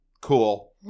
cool